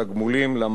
המענקים,